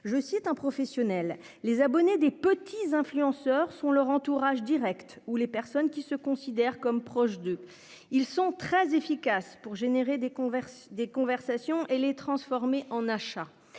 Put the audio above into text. je cite un professionnel les abonnés des petits influenceurs sont leur entourage Direct ou les personnes qui se considèrent comme proche de. Ils sont très efficaces pour générer des conversations des conversations et les transformer en achat